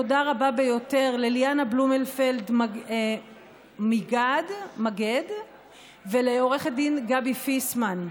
תודה רבה ביותר לליאנה בלומנפלד-מגד ולעו"ד גבי פיסמן,